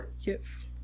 Yes